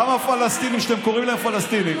גם הפלסטינים שאתם קוראים להם פלסטינים,